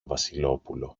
βασιλόπουλο